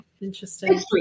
Interesting